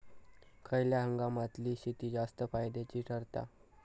खयल्या हंगामातली शेती जास्त फायद्याची ठरता?